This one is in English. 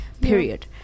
period